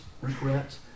regrets